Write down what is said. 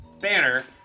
banner